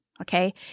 Okay